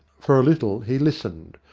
for a little he listened,